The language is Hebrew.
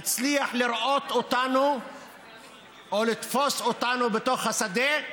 כי ידענו שאם הפקח יצליח לראות אותנו או לתפוס אותנו בתוך השדה,